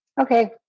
Okay